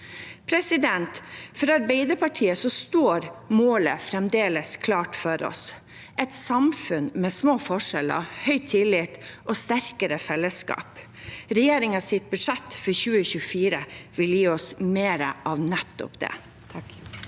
fortsatt. For Arbeiderpartiet står målet fremdeles klart for oss: et samfunn med små forskjeller, høy tillit og sterkere fellesskap. Regjeringens budsjett for 2024 vil gi oss mer av nettopp det.